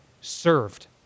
served